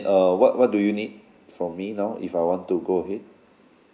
uh what what do you need from me now if I want to go ahead